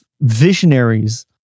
visionaries